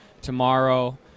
tomorrow